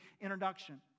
introduction